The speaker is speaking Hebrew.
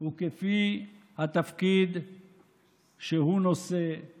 הוא התכוון מנהמת ליבו בדיוק